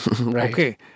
okay